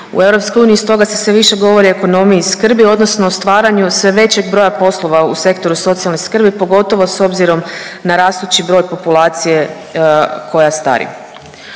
stoga se sve više govori o ekonomiji skrbi odnosno o stvaranju sve većeg broja poslova u sektoru socijalne skrbi, pogotovo s obzirom na rastući broj populacije koja stari.